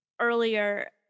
earlier